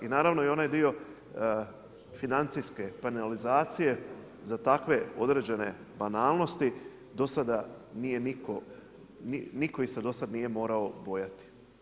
I naravno i onaj dio financijske finalizacije za takve određene banalnosti do sada nije nitko, nitko ih se do sad nije morao bojati.